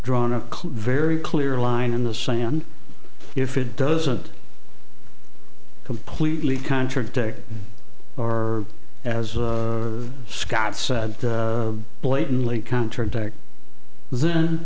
drawn a very clear line in the sand if it doesn't completely contradict or as scott said blatantly contradict then